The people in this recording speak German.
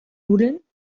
nudeln